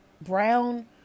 brown